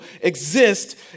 exist